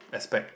aspect